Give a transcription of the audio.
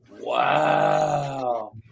Wow